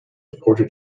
reported